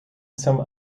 some